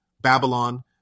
Babylon